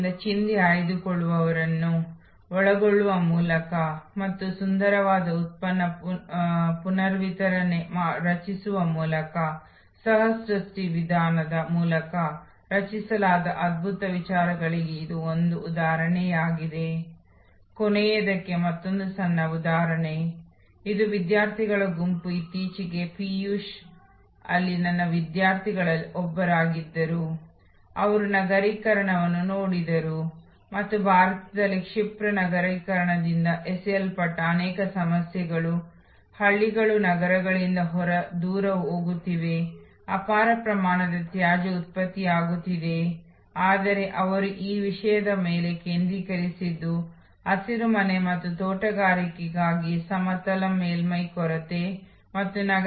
ಆದ್ದರಿಂದ ಭಾರತದಲ್ಲಿ ಈಗಾಗಲೇ ಮೊಬೈಲ್ ಫೋನ್ ಕಂಪನಿಯಿದೆ ಮತ್ತು ಅವರು ಈಗ 5 ಜಿ ನೆಟ್ವರ್ಕ್ನಲ್ಲಿ ಲೈವ್ ವೀಡಿಯೊಗಳನ್ನು ಸ್ಟ್ರೀಮಿಂಗ್ ತರಬಹುದು ಅಲ್ಲಿ ನಿಮ್ಮ ಹ್ಯಾಂಡಲ್ ಸಾಧನದಲ್ಲಿ ಪೂರ್ಣ ಚಲನಚಿತ್ರವನ್ನು ಸಾಕಷ್ಟು ಆರಾಮದಾಯಕವಾಗಿ ನೋಡಬಹುದು ಮತ್ತು ನೈಜ ಸಮಯದಲ್ಲಿ ಉತ್ತಮ ವೇಗ ಉತ್ತಮ ಸ್ಪಷ್ಟತೆ ಮತ್ತು ಅತ್ಯಂತ ಸಮಂಜಸವಾದ ಬೆಲೆಯಲ್ಲಿ ಅದು ಅಸ್ತಿತ್ವದಲ್ಲಿರುವ ಗ್ರಾಹಕರಿಗೆ ಹೊಸ ಸೇವೆಯಾಗಿದೆ